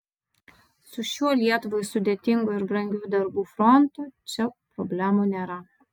su šiuo lietuvai sudėtingu ir brangiu darbų frontu čia problemų nėra